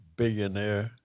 billionaire